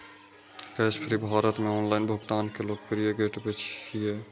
Cashfree Bharat मे online भुगतान के लोकप्रिय गेटवे छियै